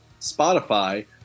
Spotify